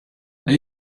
are